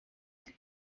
ati